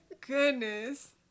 goodness